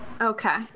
Okay